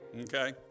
Okay